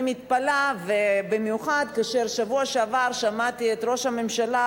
אני מתפלאה במיוחד כאשר בשבוע שעבר שמעתי את ראש הממשלה